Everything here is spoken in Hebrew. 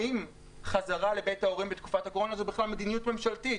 האם חזרה לבית ההורים בתקופת הקורונה זו בכלל מדיניות ממשלתית,